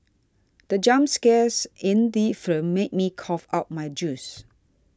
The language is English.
the jump scares in the film made me cough out my juice